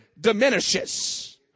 diminishes